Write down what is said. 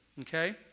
okay